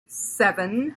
seven